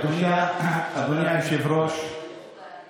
ושמעתי את חוסר האמון של הציבור במח"ש ורציתי